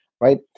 right